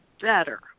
better